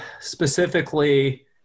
specifically